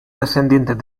descendientes